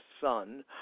son